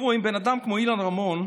אם בן אדם כמו אילן רמון,